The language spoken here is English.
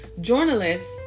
journalists